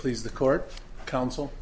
please the court counsel